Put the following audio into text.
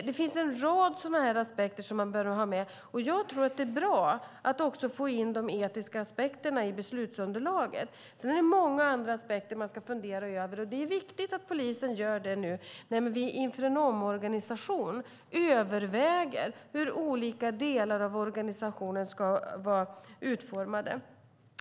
Det finns en rad aspekter som man behöver ha med. Det är bra att också få in de etiska aspekterna i beslutsunderlaget. Det finns många andra aspekter man ska fundera över. Det är viktigt att polisen gör det nu när vi inför en omorganisation överväger hur olika delar av organisationen ska vara utformade.